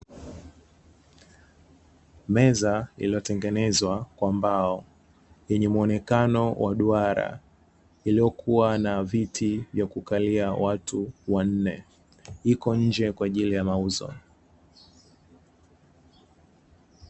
Meza iliyotengenezwa kwa mbao yenye muonekano wa duara, iliyokua na viti vya kukalia watu wanne, iko nje kwajili ya mauzo.